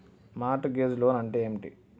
Mart gauge loan అంటే ఏమిటి?